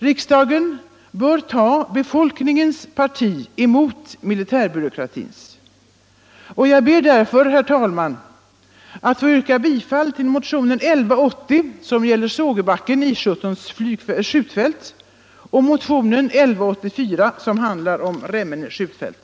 Riksdagen bör ta befolkningens parti mot militärbyråkratin. Jag ber därför, herr talman, att få yrka bifall till motionerna 1180, som gäller Sågebacken, I 17:s flygfält, och 1184, som handlar om Remmene skjutfält.